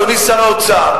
אדוני שר האוצר,